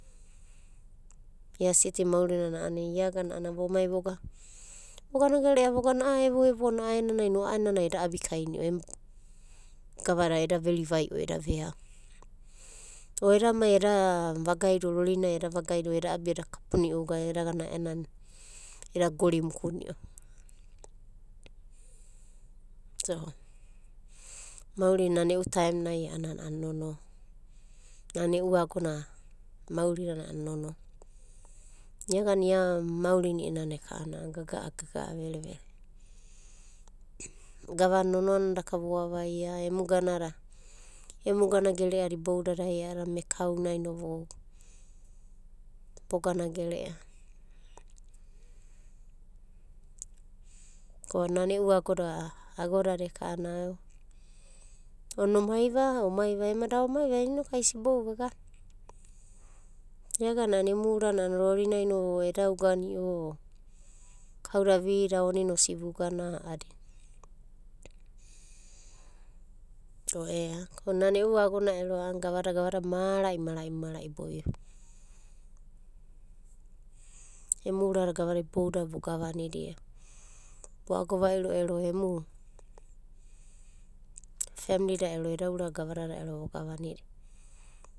Ia sitina maurinana ana iagana ana vomai voga vogana gere'a voga a'a evoevonai a'aenanai no a'aenanai eda abikaini'o em gavada eda veri vai'o eda veau. O edamai rorinai eda vagaido eda abi'o eda kaponi'o uga eda gana a'aenanai eda gori mukuni'o. maurina nana e'u taem nai a'anana a'ana nonoa, nana e'u agona maurinana nonoa. Iagana ia maurina i'inana eka'ana gaga'a gaga'a verevere. Gavana nonoa nana daka vovaia emu ganada, emu ganagere'a da iboudadai iana mekaunai no vogana gere'a. Ko nana e'u agoda agodada eka'ana ona omaiva ai omai, ema da omai va a'ana ai sibo'u vagana. Iagana a'ana emu urana rorinaino eda ugani'o o kauda vida onina osi vugana a'adina. Ko ea nana e'u agonai ero a'ana gavada gavadada mara'i mara'i mara'i boio. Emu urada gavadada iboudadai vogavanida vo ago va'iro ero emu femlida ero eda urada gavadada ero vogavanda.